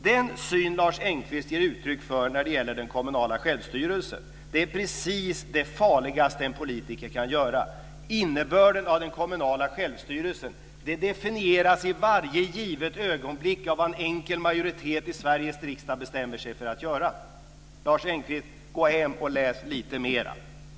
Den syn Lars Engqvist ger uttryck för när det gäller den kommunala självstyrelsen är precis det farligaste en politiker kan göra. Innebörden av den kommunala självstyrelsen definieras i varje givet ögonblick av vad en enkel majoritet i Sveriges riksdag bestämmer sig för att göra. Lars Engqvist! Gå hem och läs lite mer!